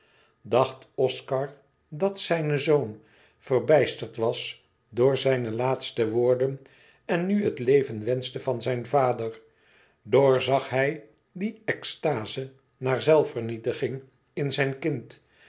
dacht oscar dat zijn zoon verbijsterd was door zijne laatste woorden en nu het leven wenschte van zijn vader doorzag hij die extaze naar zelfvernietiging in zijn kind